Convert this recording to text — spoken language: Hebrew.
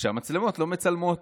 שהמצלמות לא מצלמות.